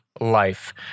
Life